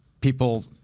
people